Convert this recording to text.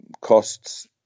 costs